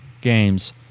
games